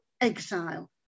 exile